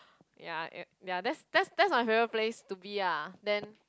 ya uh that that's my favourite place to be ah then